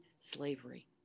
slavery